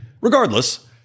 Regardless